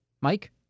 Mike